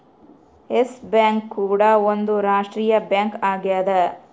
S bank ಕೂಡ ಒಂದ್ ರಾಷ್ಟ್ರೀಯ ಬ್ಯಾಂಕ್ ಆಗ್ಯದ